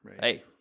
hey